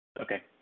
Okay